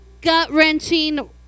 gut-wrenching